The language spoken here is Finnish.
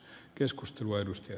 ärade talman